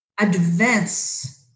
advance